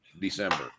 December